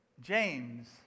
James